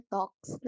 Talks